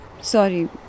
sorry